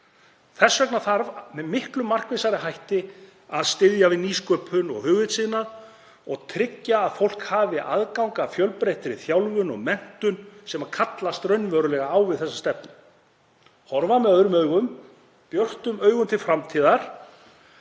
Þess vegna þarf með miklu markvissari hætti að styðja við nýsköpun og hugvitsiðnað og tryggja að fólk hafi aðgang að fjölbreyttri þjálfun og menntun sem kallast raunverulega á við þessa stefnu, horfa með öðrum augum björtum augum til framtíðar